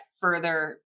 further